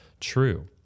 true